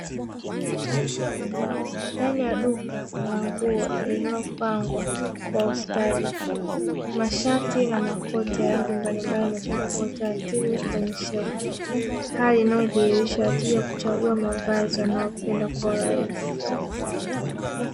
Ndani ya duka la nguo lililo panga kwa ustadi, mashati na makoti ya rangi mbalimbali yamepangwa kwa utaratibu kwenye shelfu. Hali inayo dhihirisha wateja kuchagua mavazi wanayopenda kwa urahisi.